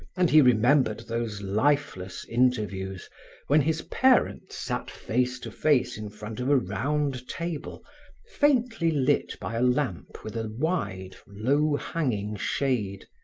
and he remembered those lifeless interviews when his parents sat face to face in front of a round table faintly lit by a lamp with a wide, low-hanging shade,